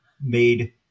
made